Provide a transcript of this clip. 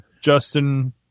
Justin